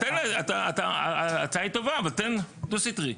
תן להם, אתה, ההצעה היא טובה, אבל תן דו סטרי.